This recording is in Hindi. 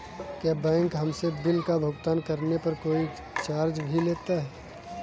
क्या बैंक हमसे बिल का भुगतान करने पर कोई चार्ज भी लेता है?